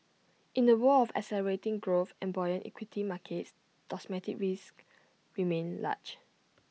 in A world of accelerating growth and buoyant equity markets domestic risks remain large